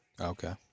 Okay